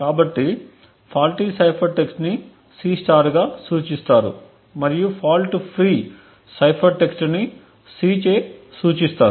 కాబట్టి faulty cipher text ని C గా సూచిస్తారు మరియు ఫాల్ట్ ఫ్రీ సైఫర్ టెక్స్ట్ ని C చే సూచిస్తారు